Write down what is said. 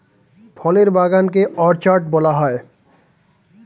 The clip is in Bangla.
ফলের বাগান কে অর্চার্ড বলা হয়